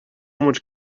much